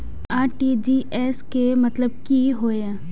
RTGS के मतलब की होय ये?